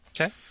Okay